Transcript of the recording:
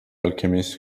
alchemist